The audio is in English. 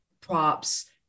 props